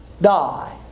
die